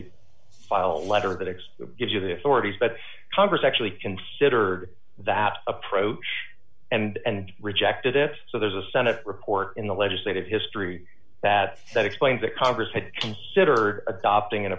to file a letter that x gives you the authorities but congress actually considered that approach and rejected it so there's a senate report in the legislative history that that explains that congress had considered adopting an